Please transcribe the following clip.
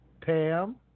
Pam